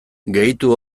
gehitu